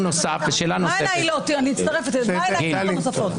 אני מצטרפת, מה הן העילות הנוספות.